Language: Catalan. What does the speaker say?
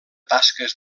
tasques